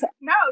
No